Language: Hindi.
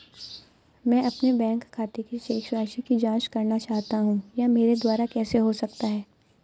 मैं अपने बैंक खाते की शेष राशि की जाँच करना चाहता हूँ यह मेरे द्वारा कैसे हो सकता है?